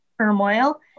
turmoil